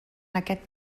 aquest